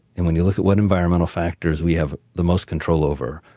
and when you look at what environmental factors we have the most control over,